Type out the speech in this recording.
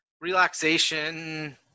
Relaxation